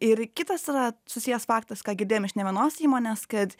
ir kitas yra susijęs faktas ką girdėjom iš ne vienos įmonės kad